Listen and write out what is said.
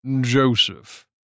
Joseph